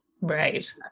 Right